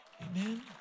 Amen